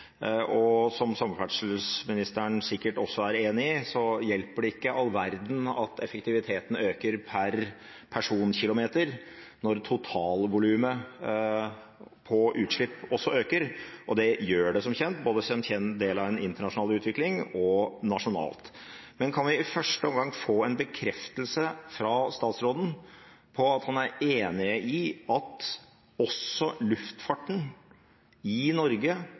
Som samferdselsministeren sikkert også er enig i, hjelper det ikke all verden at effektiviteten øker per personkilometer når totalvolumet på utslipp også øker. Det gjør det som kjent både som en del av en internasjonal utvikling og nasjonalt. Kan vi i første omgang få en bekreftelse fra statsråden på at han er enig i at også luftfarten i Norge